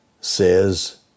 says